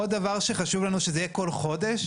עוד דבר שחשוב לנו שזה יהיה כל חודש.